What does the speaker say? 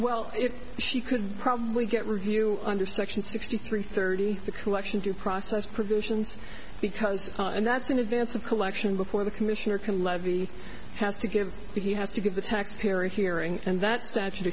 well if she could probably get review under section sixty three thirty the collection due process provisions because and that's in advance of collection before the commissioner can levy has to give that he has to give the taxpayer a hearing and that statute